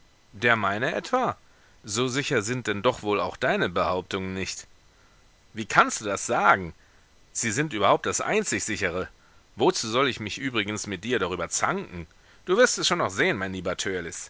der meine etwa so sicher sind denn doch wohl auch deine behauptungen nicht wie kannst du das sagen sie sind überhaupt das einzig sichere wozu soll ich mich übrigens mit dir darüber zanken du wirst es schon noch sehen mein lieber